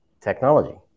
technology